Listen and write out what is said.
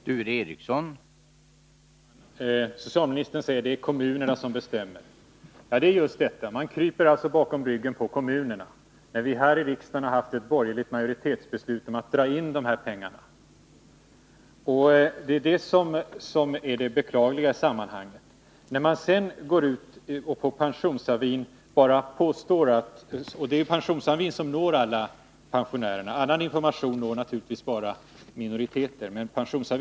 Herr talman! Socialministern säger att det är kommunerna som bestäm Torsdagen den mer. Ja, det är just detta — man kryper bakom ryggen på kommunerna. Häri 29 april 1982 riksdagen har ju fattats ett borgerligt majoritetsbeslut om indragning när det gäller de här pengarna. Det är det som är det beklagliga i samman Om riksförsäkhanget. ringsverkets infor Pensionsavin når ju alla pensionärer, som då självfallet kan ta del av mation rörande informationen på denna. Annan information når naturligtvis bara minoriteanledningen till ter.